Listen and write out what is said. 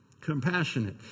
Compassionate